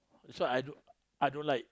so I don't I don't like